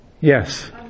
Yes